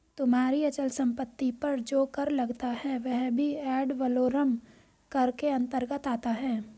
तुम्हारी अचल संपत्ति पर जो कर लगता है वह भी एड वलोरम कर के अंतर्गत आता है